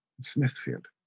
Smithfield